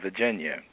Virginia